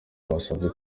basanze